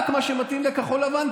רק מה שמתאים לכחול לבן,